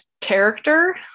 character